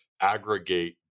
aggregate